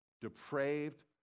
depraved